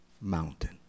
mountain